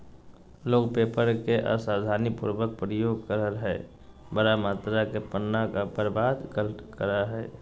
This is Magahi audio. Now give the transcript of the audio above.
लोग पेपर के असावधानी पूर्वक प्रयोग करअ हई, बड़ा मात्रा में पन्ना के बर्बाद करअ हई